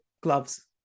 gloves